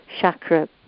chakra